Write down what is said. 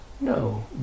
No